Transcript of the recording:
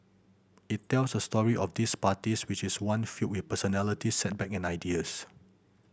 it tells the story of these parties which is one filled with personalities setback and ideals